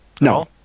no